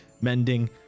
mending